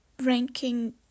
ranking